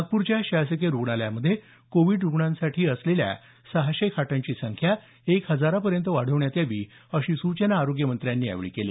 नागपूरच्या शासकीय रुग्णालयामध्ये कोविड रुग्णांसाठी असलेल्या सहाशे खाटांची संख्या एक हजारपर्यंत वाढवण्यात यावी अशी सूचना आरोग्य मंत्र्यांनी यावेळी केली